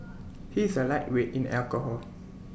he is A lightweight in alcohol